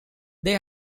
they